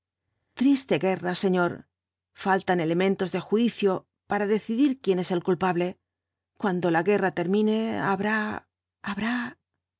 triste guerra señor faltan elementos de juicio para decidir quién es el culpable cuando la guerra termine habrá habrá